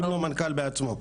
אם לא מנכ"ל בעצמו.